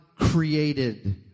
created